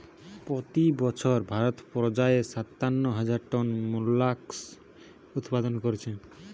পোতি বছর ভারত পর্যায়ে সাতান্ন হাজার টন মোল্লাসকস উৎপাদন কোরছে